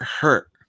hurt